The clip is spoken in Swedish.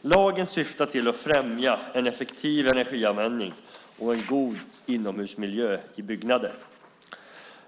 Lagen syftar till att främja en effektiv energianvändning och en god inomhusmiljö i byggnader.